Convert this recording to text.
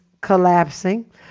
collapsing